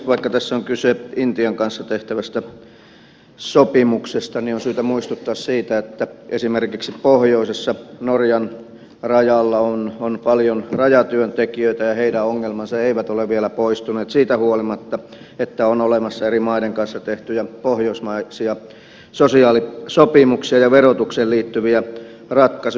vaikka tässä on kyse intian kanssa tehtävästä sopimuksesta niin on syytä muistuttaa siitä että esimerkiksi pohjoisessa norjan rajalla on paljon rajatyöntekijöitä ja heidän ongelmansa eivät ole vielä poistuneet siitä huolimatta että on olemassa eri maiden kanssa tehtyjä pohjoismaisia sosiaalisopimuksia ja verotukseen liittyviä ratkaisuja